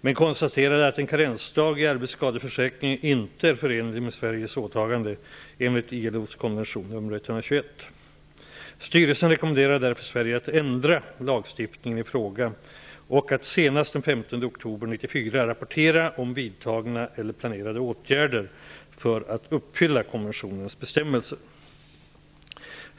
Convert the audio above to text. men konstaterade att en karensdag i arbetsskadeförsäkringen inte är förenlig med Sveriges åtagande enligt ILO:s konvention nr 121. Styrelsen rekommenderade därför Sverige att ändra lagstiftningen i fråga och att senast den 15 oktober 1994 rapportera om vidtagna eller planerade åtgärder för att uppfylla konventionens bestämmelser.